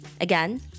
Again